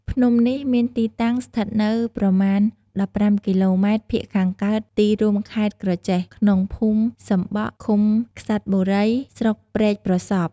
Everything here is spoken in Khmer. ភ្នំនេះមានទីតាំងស្ថិតនៅប្រមាណ ១៥ គីឡូម៉ែត្រភាគខាងកើតទីរួមខេត្តក្រចេះ ក្នុងភូមិសំបក់ ឃុំក្សិត្របុរី ស្រុកព្រែកប្រសព្វ ។